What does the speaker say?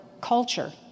culture